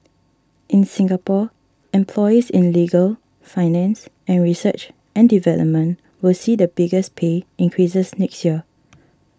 in Singapore employees in legal finance and research and development will see the biggest pay increases next year